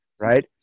Right